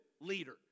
leader